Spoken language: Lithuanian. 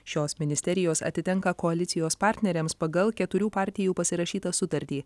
šios ministerijos atitenka koalicijos partneriams pagal keturių partijų pasirašytą sutartį